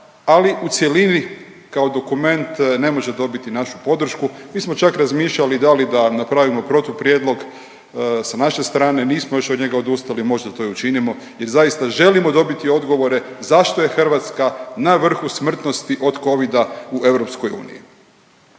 ali u cjelini kao dokument ne može dobiti našu podršku, mi smo čak razmišljali da li da napravimo protuprijedlog sa naše strane, nismo još od njega odustali, možda to i učinimo jer zaista želimo dobiti odgovore zašto je Hrvatska na vrhu smrtnosti od Covida u EU.